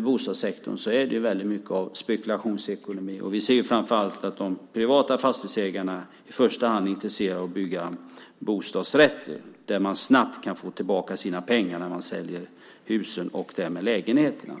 bostadssektorn är det mycket av spekulationsekonomi. Vi ser framför allt att de privata fastighetsägarna i första hand är intresserade av att bygga bostadsrätter där man snabbt kan få tillbaka sina pengar när man säljer husen och därmed lägenheterna.